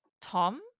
tom